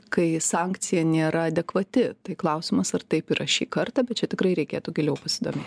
kai sankcija nėra adekvati tai klausimas ar taip yra šį kartą bet čia tikrai reikėtų giliau pasidomėti